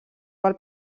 pel